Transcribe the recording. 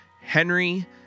Henry